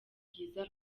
bwiza